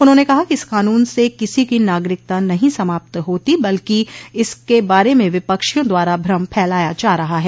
उन्होंने कहा कि इस कानून से किसी की नागरिकता नहीं समाप्त होती बल्कि इसके बारे में विपक्षियों द्वारा भ्रम फैलाया जा रहा है